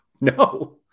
No